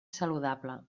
saludable